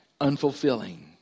unfulfilling